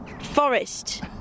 forest